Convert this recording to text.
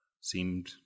seemed